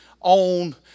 on